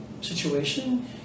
situation